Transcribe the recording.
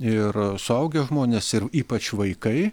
ir suaugę žmonės ir ypač vaikai